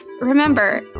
Remember